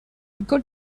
got